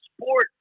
sport